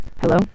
Hello